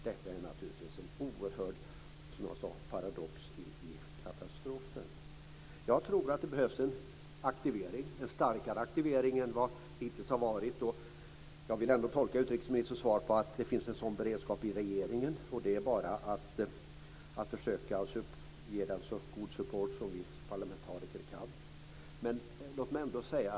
Detta är naturligtvis en oerhörd paradox i katastrofen. Jag tror att det behövs en starkare aktivering än vad som hittills har varit. Jag vill ändå tolka utrikesministern som att det finns en sådan beredskap i regeringen. Det är bara att försöka att ge den en så god support som vi parlamentariker kan.